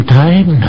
time